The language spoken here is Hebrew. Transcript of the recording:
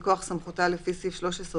מכוח סמכותה לפי סעיף 13(ב),